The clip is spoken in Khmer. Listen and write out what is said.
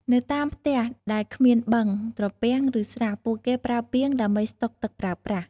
នៅតាមផ្ទះដែលគ្មានបឹង ត្រពាំង ឬស្រះ ពួកគេប្រើពាង ដើម្បីស្តុកទឹកប្រើប្រាស់។